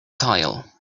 tile